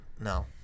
No